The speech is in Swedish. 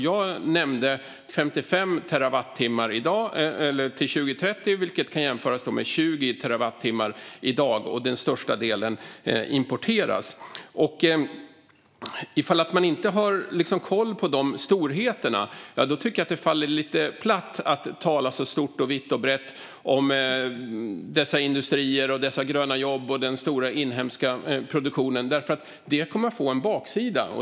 Jag nämnde 55 terawattimmar till 2030, vilket kan jämföras med 20 terawattimmar i dag, då den största delen importeras. Ifall man inte har koll på de storheterna faller det lite platt att tala stort, vitt och brett om dessa industrier, dessa gröna jobb och den stora inhemska produktionen. Det kommer att få en baksida.